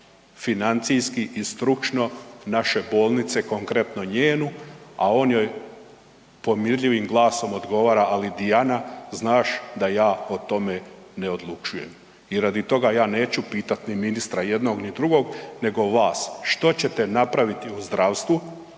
financijski i stručno naše bolnice konkretno njenu, a on joj pomirljivim glasom odgovara ali „Dijana, znaš da ja o tome ne odlučujem“ i radi toga ja neću pitati ministra jednog ni drugog nego vas, što ćete napraviti u zdravstvu